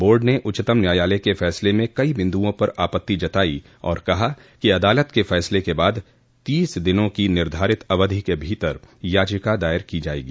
board ने उच्चतम न्यायालय के फैसले में कई बिन्दुओं पर आपत्ति जताई और कहा कि अदालत के फैसले के बाद तीस दिनों की निर्धारित अवधि के भीतर याचिका दायर की जायेगी